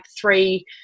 three